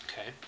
Okay